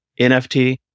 nft